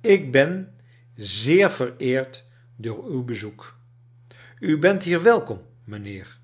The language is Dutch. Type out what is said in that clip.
ik ben zeer vereerd door uw bezoek u bent hier welkom mijnheer